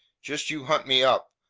just you hunt me up.